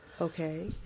Okay